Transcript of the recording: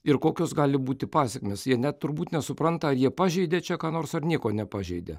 ir kokios gali būti pasekmės jie net turbūt nesupranta ar jie pažeidė čia ką nors ar nieko nepažeidė